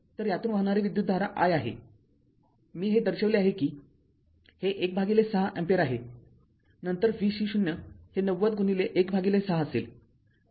तर यातून वाहणारी विद्युतधारा i आहे मी हे दर्शविले आहे की हे १६ अँपिअर आहे नंतर v C0 हे ९०१६ असेल